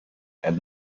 and